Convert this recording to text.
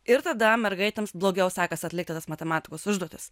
ir tada mergaitėms blogiau sektasi atlikti tas matematikos užduotis